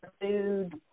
food